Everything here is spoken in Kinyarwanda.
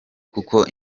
kuko